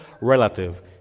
relative